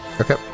okay